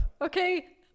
okay